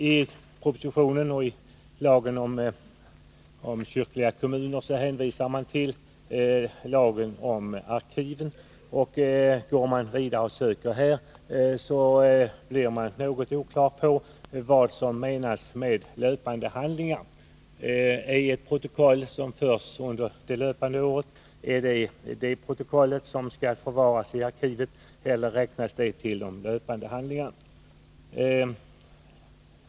I propositionens förslag till lag om församlingar och kyrkliga samfälligheter hänvisas till de särskilda bestämmelser som finns om kyrkoarkiv. Det är emellertid oklart vad som menas med löpande handlingar. Skall protokoll som förs under det löpande året förvaras i arkiv eller räknas de som löpande handlingar?